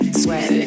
sweat